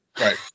Right